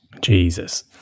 Jesus